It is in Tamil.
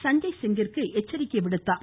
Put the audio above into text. சஞ்சய் சிங்கிற்கு எச்சரிக்கை விடுத்தார்